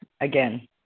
again